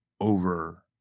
over